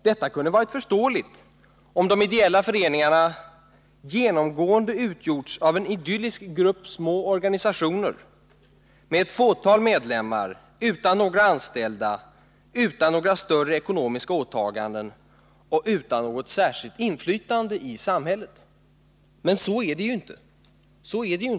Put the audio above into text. Detta kunde ha varit förståeligt, om de ideella föreningarna genomgående utgjorts av en idyllisk grupp små organisationer med ett fåtal medlemmar, utan några anställda, utan några större ekonomiska åtaganden och utan något särskilt inflytande i samhället. Men så är det ju inte.